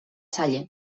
salle